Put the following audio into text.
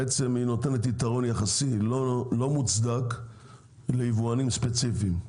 בעצם היא נותנת יתרון יחסי לא מוצדק ליבואנים ספציפיים,